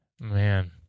Man